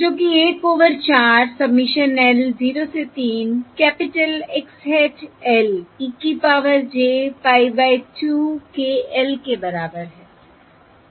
जो कि 1 over 4 submission l 0 से 3 capital X hat L e की power j pie by 2 k l के बराबर है